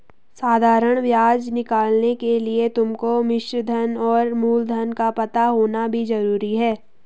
साधारण ब्याज निकालने के लिए तुमको मिश्रधन और मूलधन का पता होना भी जरूरी है